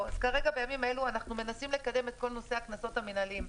בימים אלו אנחנו מנסים לקדם את כל נושא הקנסות המנהליים.